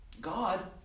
God